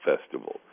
festival